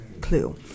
clue